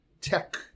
tech